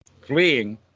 Fleeing